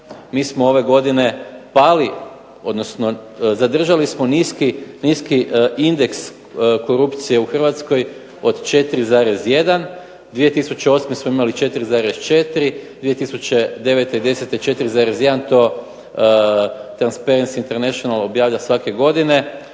mi smo ove godine pali, odnosno zadržali smo niski indeks korupcije u Hrvatskoj od 4,1. 2008. smo imali 4,4, 2009., 2010. 4,1, to Transparency international objavljuje svake godine.